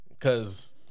cause